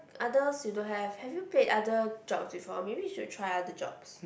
others you don't have have you pay other jobs before maybe you should try other jobs